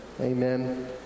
Amen